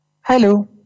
Hello